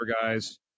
guys